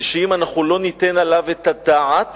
שאם לא ניתן עליו את הדעת